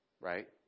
Right